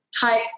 type